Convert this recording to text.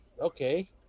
Okay